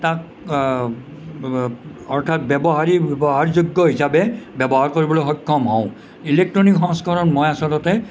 তাক অৰ্থাৎ ব্য়ৱহাৰিক ব্য়ৱহাৰযোগ্য় হিচাপে ব্য়ৱহাৰ কৰিবলৈ সক্ষম হওঁ ইলেকট্ৰনিক সংস্কৰণ মই আচলতে